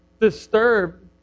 disturbed